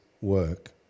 work